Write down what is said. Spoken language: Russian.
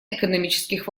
экономических